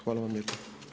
Hvala vam lijepa.